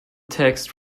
text